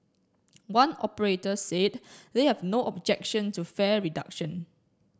one operator said they have no objection to fare reduction